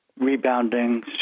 rebounding